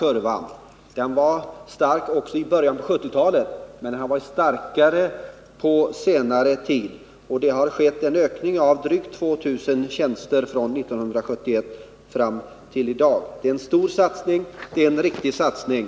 Kurvan steg starkt också i början på 1970-talet, men stigningen har varit ännu starkare på senare tid; det har skett en ökning med drygt 2 000 tjänster från 1971 fram till i dag. Detta är en stor satsning och en riktig satsning.